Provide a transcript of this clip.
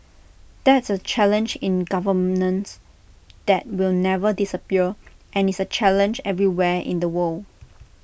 that's A challenge in governance that will never disappear and is A challenge everywhere in the world